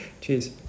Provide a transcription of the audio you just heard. Cheers